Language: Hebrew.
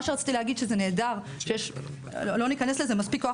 מה שרציתי להגיד שזה נהדר שיש מספיק כוח